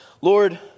Lord